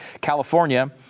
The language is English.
California